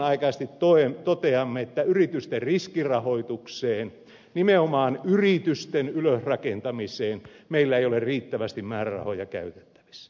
me samanaikaisesti toteamme että yritysten riskirahoitukseen nimenomaan yritysten ylösrakentamiseen meillä ei ole riittävästi määrärahoja käytettävissä